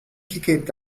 kicked